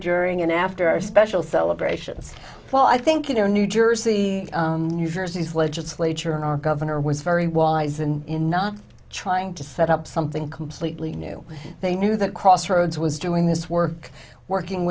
during and after our special celebrations well i think you know new jersey new jersey's legislature and our governor was very wise and in not trying to set up something completely new they knew that crossroads was doing this work working